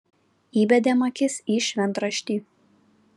įbedėm akis į šventraštį